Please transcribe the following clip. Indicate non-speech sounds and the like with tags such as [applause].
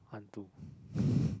hantu [laughs]